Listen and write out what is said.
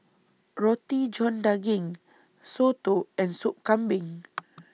Roti John Daging Soto and Sup Kambing